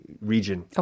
region